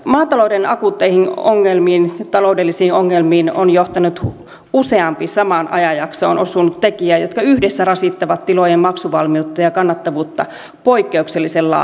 maatalouden akuutteihin ongelmiin ja taloudellisiin ongelmiin on johtanut useampi samaan ajanjaksoon osunut tekijä jotka yhdessä rasittavat tilojen maksuvalmiutta ja kannattavuutta poikkeuksellisen laajasti